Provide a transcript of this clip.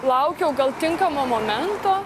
laukiau gal tinkamo momento